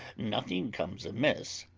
nothing comes amiss,